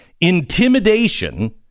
intimidation